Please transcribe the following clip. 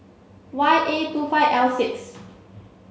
Y A two five L six